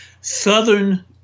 Southern